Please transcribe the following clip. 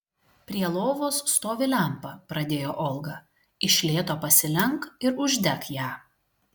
prie lovos stovi lempa pradėjo olga iš lėto pasilenk ir uždek ją